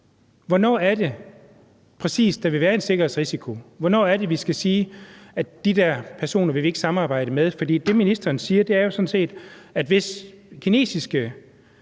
Hvornår er det præcis, at der vil være en sikkerhedsrisiko? Hvornår er det, at vi skal sige, at de der personer vil vi ikke samarbejde med? For det, ministeren siger, er sådan set, at hvis kinesiske